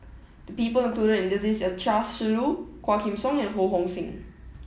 the people included in the list are Chia Shi Lu Quah Kim Song and Ho Hong Sing